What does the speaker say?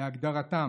להגדרתם,